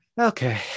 okay